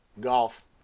golf